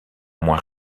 moins